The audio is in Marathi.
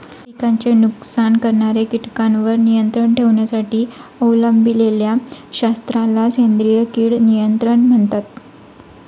पिकांचे नुकसान करणाऱ्या कीटकांवर नियंत्रण ठेवण्यासाठी अवलंबिलेल्या शास्त्राला सेंद्रिय कीड नियंत्रण म्हणतात